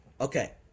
Okay